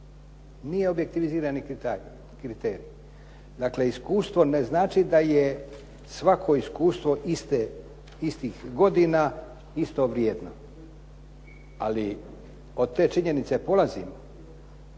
nije objektivizirani kriterij. Dakle, iskustvo ne znači da je svako iskustvo istih godina isto vrijedno ali od te činjenice polazimo